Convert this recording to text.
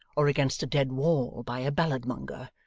or against a dead wall by a balladmonger.